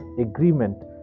agreement